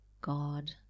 God